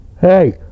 Hey